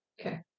Okay